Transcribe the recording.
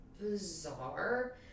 bizarre